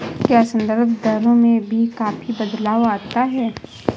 क्या संदर्भ दरों में भी काफी बदलाव आता है?